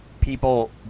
people